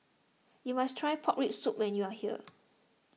you must try Pork Rib Soup when you are here